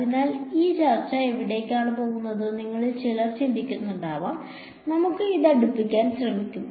അതിനാൽ ഈ ചർച്ച എവിടേക്കാണ് പോകുന്നതെന്ന് നിങ്ങളിൽ ചിലർ ചിന്തിക്കുന്നുണ്ടാകും നമുക്ക് ഇത് അടുപ്പിക്കാൻ ശ്രമിക്കാം